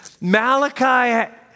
Malachi